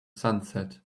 sunset